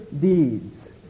deeds